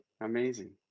amazing